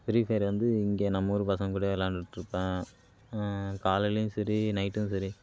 free Fire வந்து இங்கே நம்மவூரு பசங்கள் கூட விளையாண்டுட்டுருப்பன் காலையிலயும் செரி நைட்டும் செரி